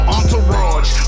Entourage